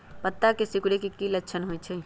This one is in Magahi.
पत्ता के सिकुड़े के की लक्षण होइ छइ?